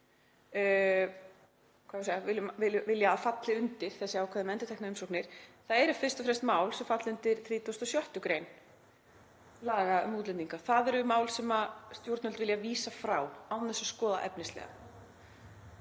vilja að falli undir þessi ákvæði um endurteknar umsóknir eru fyrst og fremst mál sem falla undir 36. gr. laga um útlendinga. Það eru mál sem stjórnvöld vilja vísa frá án þess að skoða efnislega.